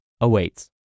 awaits